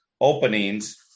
openings